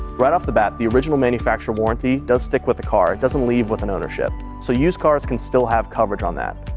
right off the bat, the original manufacturer warranty does stick with the car. it doesn't leave with an ownership. so used cars can still have coverage on that.